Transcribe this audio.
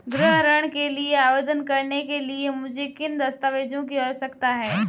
गृह ऋण के लिए आवेदन करने के लिए मुझे किन दस्तावेज़ों की आवश्यकता है?